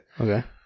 Okay